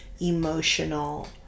emotional